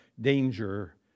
danger